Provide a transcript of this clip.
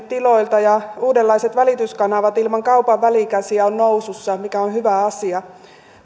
tiloilta ja uudenlaiset välityskanavat ilman kaupan välikäsiä ovat nousussa mikä on hyvä asia